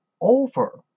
over